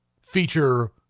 feature